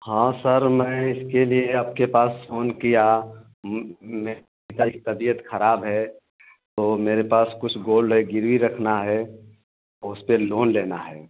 हाँ सर मैं इसके लिए आपके पास फोन किया मेरे पिता की तबियत खराब है तो मेरे पास कुछ गोल्ड है गिरवी रखना है उसपे लोन लेना है